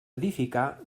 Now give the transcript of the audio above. edificar